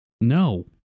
No